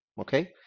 Okay